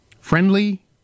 Friendly